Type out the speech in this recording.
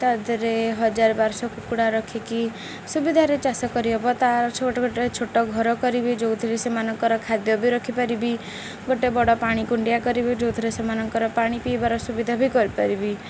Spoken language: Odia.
ତା ଦେହରେ ହଜାର ବାରଶହ କୁକୁଡ଼ା ରଖିକି ସୁବିଧାରେ ଚାଷ କରିହେବ ତା ଛୋଟ ଗୋଟେ ଛୋଟ ଘର କରିବି ଯେଉଁଥିରେ ସେମାନଙ୍କର ଖାଦ୍ୟ ବି ରଖିପାରିବି ଗୋଟେ ବଡ଼ ପାଣି କୁଣ୍ଡିଆ କରିବି ଯେଉଁଥିରେ ସେମାନଙ୍କର ପାଣି ପିଇବାର ସୁବିଧା ବି କରିପାରିବି